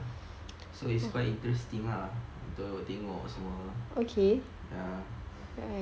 so it's quite interesting lah untuk tengok semua ya